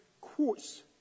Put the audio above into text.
quotes